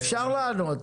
אפשר לענות,